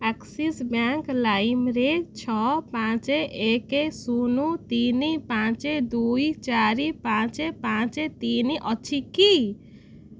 Axis Bank ଲାଇମ୍ରେ ଛଅ ପାଞ୍ଚ ଏକ ଶୂନ ତିନି ପାଞ୍ଚ ଦୁଇ ଚାରି ପାଞ୍ଚ ପାଞ୍ଚ ତିନି ଅଛି କି